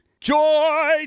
Joy